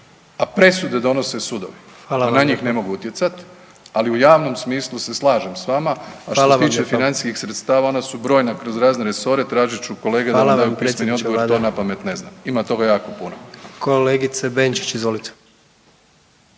Hvala vam lijepa/…a na njih ne mogu utjecat, ali u javnom smislu se slažem s vama. …/Upadica: Hvala vam lijepa/…A što se tiče financijski sredstava ona su brojna kroz razne resore, tražit ću kolege da vam daju pismeni odgovor, to napamet ne znam, ima toga jako puno.